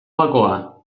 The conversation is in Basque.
gakoa